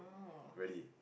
really